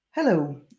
Hello